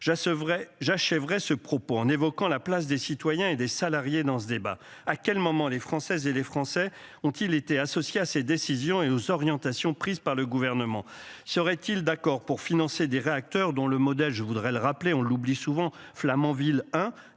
j'achèverait ce propos en évoquant la place des citoyens et des salariés dans ce débat. À quel moment les Françaises et les Français ont-ils été associés à ces décisions et aux orientations prises par le gouvernement serait-il d'accord pour financer des réacteurs dont le modèle je voudrais le rappeler, on l'oublie souvent Flamanville 1